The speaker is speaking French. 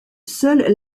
seule